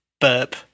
Burp